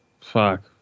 Fuck